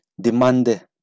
Demand